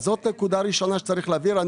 אז זו נקודה ראשונה שצריך להבהיר.